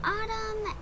Autumn